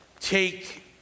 take